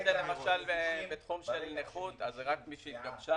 למשל בתחום של נכות זה רק מי שהתגבשה